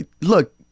look